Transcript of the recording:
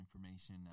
information